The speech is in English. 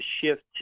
shift